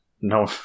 No